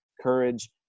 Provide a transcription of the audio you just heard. courage